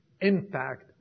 impact